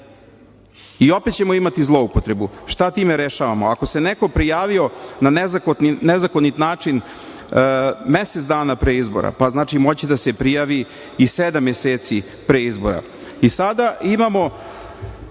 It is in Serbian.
i opet ćemo imati zloupotrebu. Šta time rešavamo? Ako se neko prijavio na nezakonit način mesec pre izbora, znači, moći će da se prijavi i sedam meseci pre izbora. Sada imamo